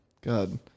God